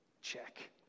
Check